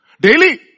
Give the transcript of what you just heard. Daily